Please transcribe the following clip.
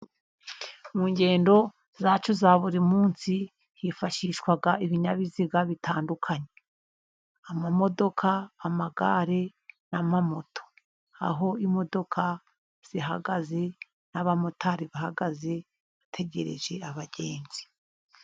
Mu ngendo zacu za buri munsi hifashishwa ibinyabiziga bitandukanye amamodoka, amagare ,n'amamoto, aho imodoka zihagaze n'abamotari bahagaze bategereje abagenzi.